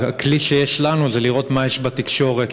הכלי שיש לנו זה לראות מה יש בתקשורת,